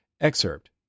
Excerpt